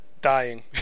dying